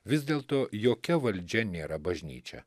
vis dėlto jokia valdžia nėra bažnyčia